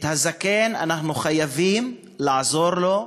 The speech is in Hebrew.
הזקן, אנחנו חייבים לעזור לו,